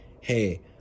hey